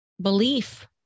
belief